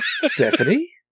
Stephanie